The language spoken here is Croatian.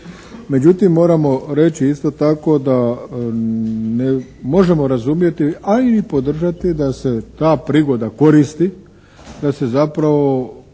Međutim, moramo reći isto tako da možemo razumjeti, a i podržati da se ta prigoda koristi da se zapravo otvori